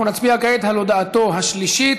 אנחנו נצביע כעת על הודעתו השלישית,